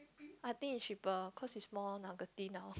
I think it's cheaper cause it's more nugget ~ty now